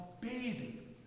baby